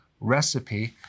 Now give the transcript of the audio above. recipe